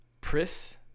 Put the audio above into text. Pris